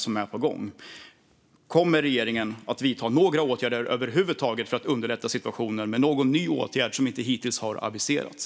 Kommer regeringen över huvud taget att vidta några åtgärder för att underlätta situationen - kanske någon ny åtgärd som hittills inte har aviserats?